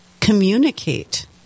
communicate